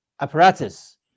apparatus